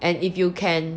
and if you can